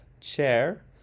chair